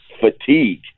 fatigue